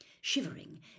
shivering